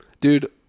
Dude